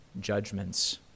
judgments